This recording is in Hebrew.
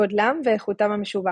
גודלם ואיכותם המשובחת.